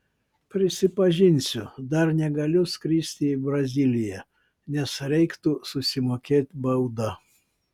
prisipažinsiu dar negaliu skristi į braziliją nes reiktų susimokėt baudą